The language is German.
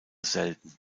selten